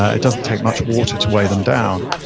it doesn't take much water to weigh them down,